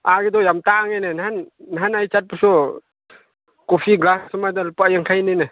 ꯑꯥꯒꯤꯗꯣ ꯌꯥꯝ ꯇꯥꯡꯉꯦꯅꯦ ꯅꯍꯥꯟ ꯅꯍꯥꯟ ꯑꯩ ꯆꯠꯄꯁꯨ ꯀꯣꯐꯤ ꯒ꯭ꯂꯥꯁ ꯑꯃꯗ ꯂꯨꯄꯥ ꯌꯥꯡꯈꯩꯅꯤꯅꯦ